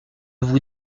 vous